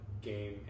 game